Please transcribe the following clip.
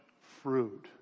fruit